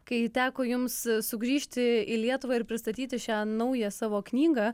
kai teko jums sugrįžti į lietuvą ir pristatyti šią naują savo knygą